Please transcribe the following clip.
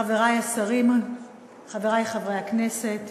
חברי השרים, חברי חברי הכנסת,